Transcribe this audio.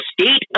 state